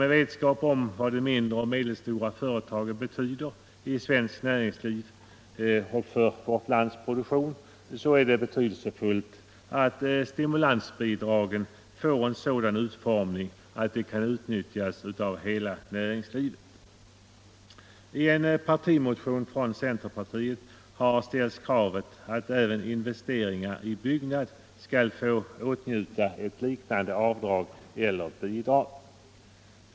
Med vetskap om vad de mindre och medelstora företagen betyder i svenskt näringsliv och för vårt lands produktion anser vi det betydelsefullt att stimulansbidragen får en sådan utformning att de kan utnyttjas av hela näringslivet. I en partimotion från centerpartiet har ställts kravet att även investeringar i byggnad skall få åtnjuta ett liknande avdrag eller bidrag.